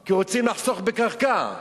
כי רוצים לחסוך בקרקע.